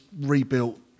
rebuilt